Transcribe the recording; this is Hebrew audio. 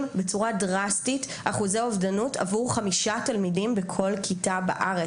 בצורה דרסטית אחוזי אובדנות עבור חמישה תלמידים בכל כיתה בארץ.